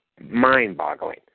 mind-boggling